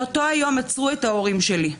באותו היום עצרו את ההורים שלי,